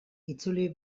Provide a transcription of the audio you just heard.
itzuli